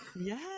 Yes